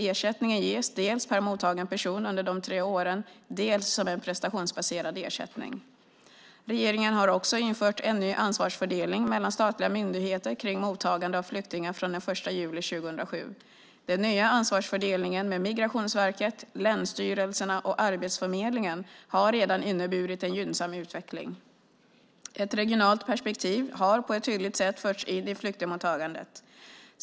Ersättningen ges dels per mottagen person under de tre åren, dels som en prestationsbaserad ersättning. Regeringen har också infört en ny ansvarsfördelning mellan statliga myndigheter kring mottagandet av flyktingar från den 1 juli 2007. Den nya ansvarsfördelningen med Migrationsverket, länsstyrelserna och Arbetsförmedlingen har redan inneburit en gynnsam utveckling. Ett regionalt perspektiv har på ett tydligt sätt förts in i flyktingmottagandet.